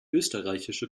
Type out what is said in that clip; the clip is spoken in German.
österreichische